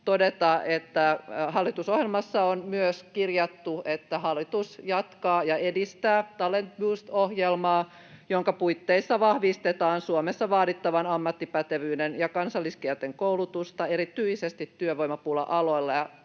osaajapulaan. Hallitusohjelmaan on myös kirjattu, että hallitus jatkaa ja edistää Talent Boost -toimenpideohjelmaa, jonka puitteissa vahvistetaan Suomessa vaadittavan ammattipätevyyden ja kansalliskielten koulutusta erityisesti työvoimapula-aloilla, ja